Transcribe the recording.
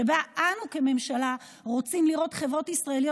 שבה אנו כממשלה רוצים לראות חברות ישראליות